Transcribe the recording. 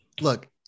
Look